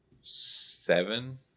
seven